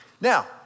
Now